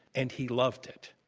and he loved it.